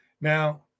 Now